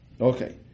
Okay